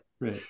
right